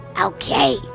Okay